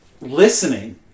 listening